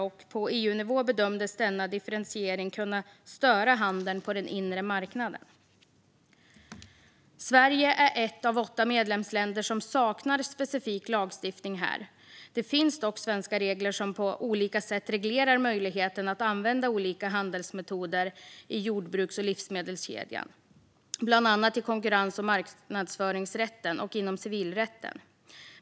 På EU-nivå bedömdes denna differentiering kunna störa handeln på den inre marknaden. Sverige är ett av åtta medlemsländer som saknar specifik lagstiftning här. Det finns dock svenska regler som på olika sätt reglerar möjligheten att använda olika handelsmetoder i jordbruks och livsmedelskedjan, bland annat i konkurrens och marknadsföringsrätten och inom civilrätten.